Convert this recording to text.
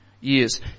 years